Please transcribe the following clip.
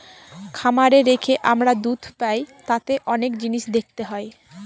খামারে রেখে আমরা দুধ পাই তাতে অনেক জিনিস দেখতে হয়